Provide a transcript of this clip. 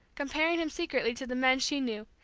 comparing him secretly to the men she knew,